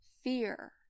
fear